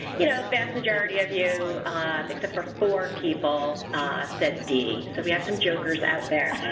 you know vast majority of you except for four people said d, so, we have some jokers out there.